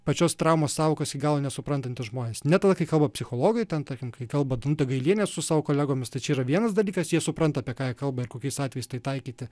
pačios traumos sąvokos iki galo nesuprantantys žmonės ne tada kai kalba psichologai ten tarkim kai kalba danutė gailienė su savo kolegomis tai čia yra vienas dalykas jie supranta apie ką kalba ir kokiais atvejais tai taikyti